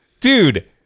Dude